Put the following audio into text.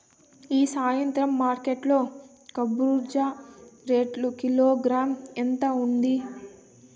ఈ సాయంత్రం మార్కెట్ లో కర్బూజ రేటు కిలోగ్రామ్స్ ఎంత ఉంది?